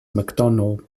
mcdonald